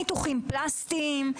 ניתוחים פלסטיים,